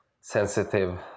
sensitive